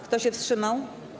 Kto się wstrzymał?